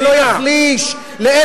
תביני, זה לא יחליש, לא על חשבון המדינה.